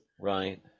Right